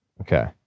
okay